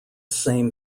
same